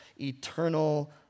eternal